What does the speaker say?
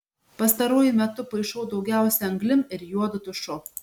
pastaruoju metu paišau daugiausia anglim ir juodu tušu